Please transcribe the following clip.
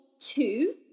two